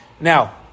Now